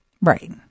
Right